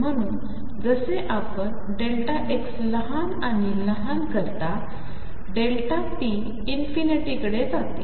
म्हणून जसेआपणxलहानआणिलहानकरताp अनंततेकडेजाते